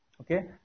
Okay